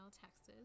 Texas